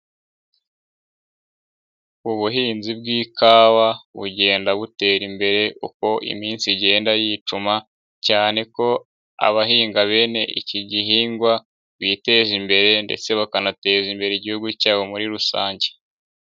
Ubuhinzi bw'ikawa bugenda butera imbere uko iminsi igenda yicuma, cyane ko abahinga bene iki gihingwa biteza imbere ndetse bakanateza imbere Igihugu cyabo muri rusange.